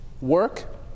work